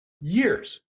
Years